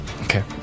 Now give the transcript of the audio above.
Okay